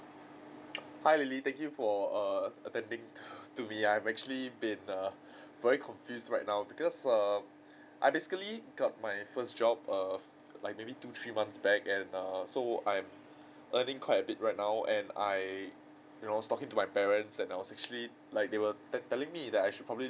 hi lily thank you for err attending to me I'm actually been err very confused right now because um I basically picked up my first job err like maybe two three months back and err so I'm earning quite a bit right now and I you know was talking to my parents and I was actually like they were tell~ telling me that I should probably